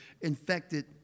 infected